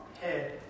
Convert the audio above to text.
head